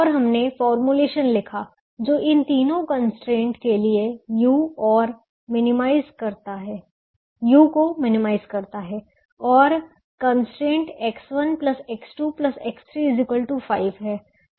और हमने फॉर्मूलेशन लिखा जो इन तीनों कंस्ट्रेंट के लिए u को मिनिमाइज करता है और कंस्ट्रेंट X1X2X3 5 है